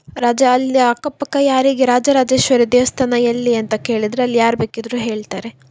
ರಾಜ ಅಲ್ಲೇ ಅಕ್ಕಪಕ್ಕ ಯಾರಿಗೆ ರಾಜರಾಜೇಶ್ವರಿ ದೇವಸ್ಥಾನ ಎಲ್ಲಿ ಅಂತ ಕೇಳಿದರೆ ಅಲ್ಲಿ ಯಾರು ಬೇಕಿದ್ದರೂ ಹೇಳ್ತಾರೆ